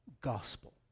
gospel